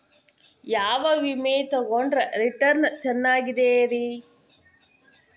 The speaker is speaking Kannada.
ಯಾವ ವಿಮೆ ತೊಗೊಂಡ್ರ ರಿಟರ್ನ್ ಚೆನ್ನಾಗಿದೆರಿ?